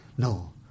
No